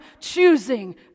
choosing